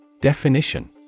Definition